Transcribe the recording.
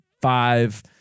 five